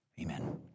Amen